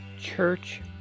Church